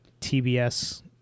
TBS